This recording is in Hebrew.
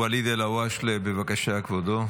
ואליד אלהואשלה, בבקשה, כבודו.